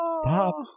stop